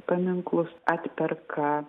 paminklus atperka